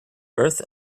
birth